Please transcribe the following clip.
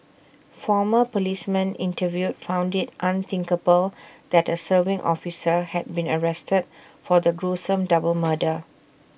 former policemen interviewed found IT unthinkable that A serving officer had been arrested for the gruesome double murder